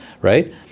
right